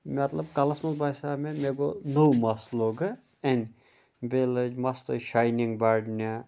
مطلب کَلَس منٛز باسیٛو مےٚ مےٚ گوٚو نٔو مَس لوٚگ اِنہِ بیٚیہِ لٔج مَستس شاینِنٛگ بَڑنہِ